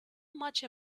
much